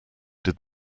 did